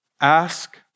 Ask